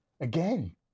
Again